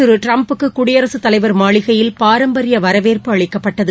திரு ட்டிரம் க்கு குடியரசுத் தலைவர் மாளிகையில் பாரம்பரிய வரவேற்பு அதிபர் அளிக்கப்பட்டது